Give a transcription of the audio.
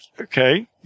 okay